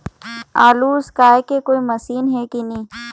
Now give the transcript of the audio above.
आलू उसकाय के कोई मशीन हे कि नी?